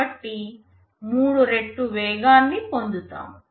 కాబట్టి 3 రెట్లు వేగాన్ని పొందుతాము